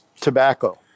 tobacco